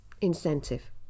incentive